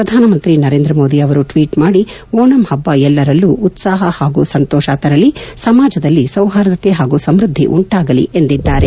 ಪ್ರಧಾನಮಂತ್ರಿ ನರೇಂದ್ರ ಮೋದಿ ಅವರು ಟ್ಲೀಟ್ ಮಾಡಿ ಓಣಂ ಹಬ್ಬ ಎಲ್ಲರಲ್ಲಿ ಉತ್ಪಾಹ ಹಾಗೂ ಸಂತೋಷ ತರಲಿ ಸಮಾಜದಲ್ಲಿ ಸೌಹಾರ್ದತೆ ಹಾಗೂ ಸಮ್ಬದ್ದಿ ಉಂಟಾಗಲಿ ಎಂದು ಹೇಳಿದ್ದಾರೆ